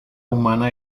humana